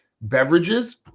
beverages